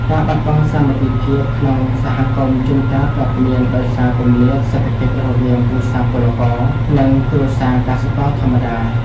ការបាត់បង់សាមគ្គីភាពក្នុងសហគមន៍ជួនកាលកើតមាន ដោយសារគម្លាតសេដ្ឋកិច្ចរវាងគ្រួសារពលករ និងគ្រួសារកសិករធម្មតា។